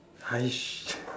!hais!